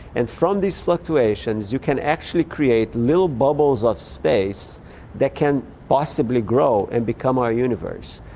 and from these fluctuations you can actually create little bubbles of space that can possibly grow and become our universe.